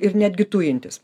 ir netgi tujintis